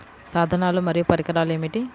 సాధనాలు మరియు పరికరాలు ఏమిటీ?